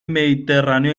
mediterráneo